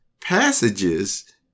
passages